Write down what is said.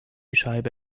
scheibe